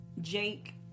Jake